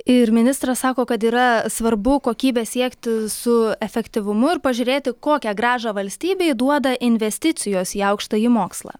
ir ministras sako kad yra svarbu kokybę siekti su efektyvumu ir pažiūrėti kokią grąžą valstybei duoda investicijos į aukštąjį mokslą